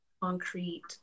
concrete